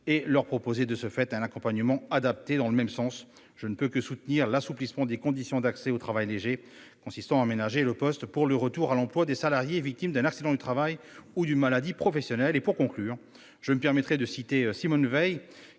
et leur proposer de ce fait un accompagnement adapté. Dans le même sens, je ne peux que soutenir l'assouplissement des conditions d'accès au travail « léger » qui consiste à aménager le poste pour le retour à l'emploi du salarié victime d'un accident du travail ou d'une maladie professionnelle. Pour conclure, je me permettrai de citer Simone Veil